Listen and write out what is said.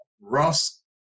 Ross